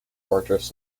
fortress